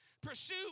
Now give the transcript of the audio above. Pursue